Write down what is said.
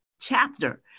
chapter